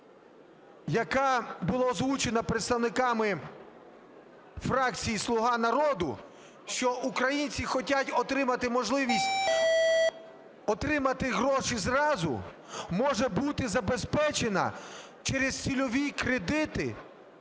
яка була озвучена представниками фракції "Слуга народу", що українці хочуть отримати можливість отримати гроші зразу, може бути забезпечена через цільові кредити